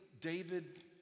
David